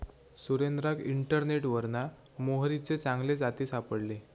सुरेंद्राक इंटरनेटवरना मोहरीचे चांगले जाती सापडले